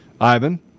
Ivan